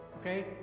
Okay